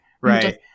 right